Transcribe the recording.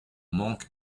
manque